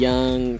Young